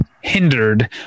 hindered